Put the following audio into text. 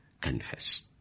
confess